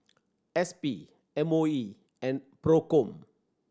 S P M O E and Procom